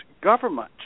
government